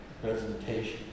presentation